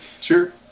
Sure